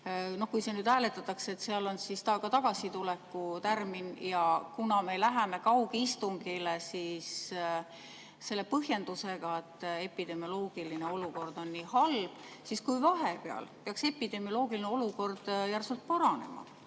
kui see nüüd nii hääletatakse, ja seal on siis ka tagasituleku tärmin. Kuna me läheme kaugistungile selle põhjendusega, et epidemioloogiline olukord on nii halb, siis kui vahepeal peaks epidemioloogiline olukord järsult paranema,